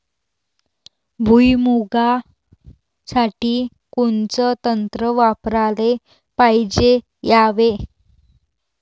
भुइमुगा साठी कोनचं तंत्र वापराले पायजे यावे?